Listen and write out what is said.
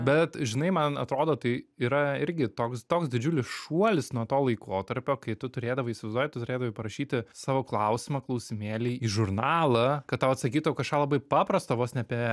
bet žinai man atrodo tai yra irgi toks toks didžiulis šuolis nuo to laikotarpio kai tu turėdavai įsivaizduoji tu turėdavai parašyti savo klausimą klausimėį į žurnalą kad tau atsakytų kažką labai paprasto vos ne ape